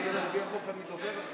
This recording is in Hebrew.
אני רוצה להצביע חוק, אחרי זה.